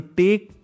take